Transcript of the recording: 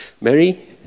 Mary